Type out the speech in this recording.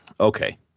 Okay